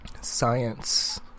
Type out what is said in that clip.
Science